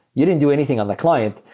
you didn't do anything on the client.